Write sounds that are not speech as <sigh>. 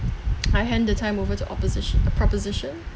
<noise> I hand the time over to opposition proposition